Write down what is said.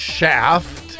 Shaft